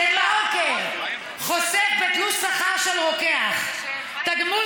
דה-מרקר חושף בתלוש שכר של רוקח תגמול